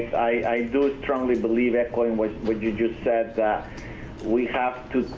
i do strongly believe, echoing what what you just said, that we have to